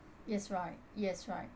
yes right yes right